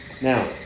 Now